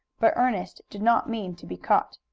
but ernest did not mean to be caught.